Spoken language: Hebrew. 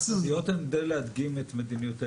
התחזיות הן כדי להדגים את מדיניות האנרגיה.